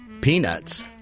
peanuts